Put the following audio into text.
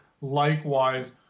likewise